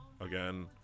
again